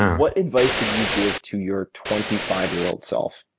what advice would you give to your twenty five year old self?